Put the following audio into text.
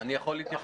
אני יכול להתייחס?